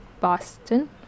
Boston